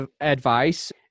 advice